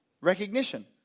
recognition